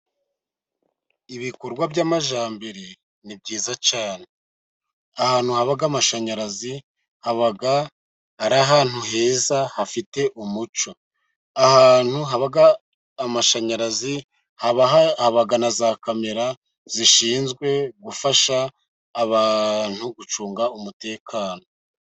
Ibikorwa by'amajyambere ni byiza cyane. Ahantu haba amashanyarazi, haba ari ahantu heza, hafite umuco. Ahantu haba amashanyarazi, haba haba na za kamera, zishinzwe gufasha abantu gucunga umutekano.